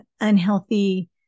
unhealthy